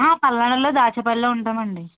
పల్నాడులో ద్రాక్షపల్లిలో ఉంటామండీ